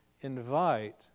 invite